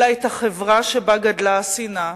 אלא את החברה שבה גדלה השנאה,